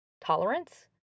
tolerance